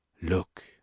Look